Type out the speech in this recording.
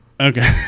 Okay